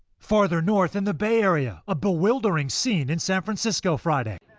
farther north in the bay area, a bemildering scene in san francisco friday.